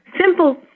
simple